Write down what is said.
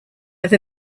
have